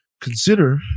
Consider